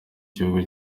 gihugu